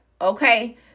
okay